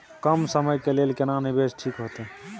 कम समय के लेल केना निवेश ठीक होते?